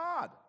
God